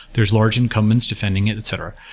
there's large incumbents defending it, et cetera.